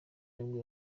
nibwo